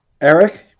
Eric